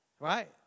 right